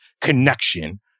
Connection